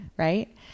Right